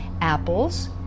apples